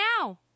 now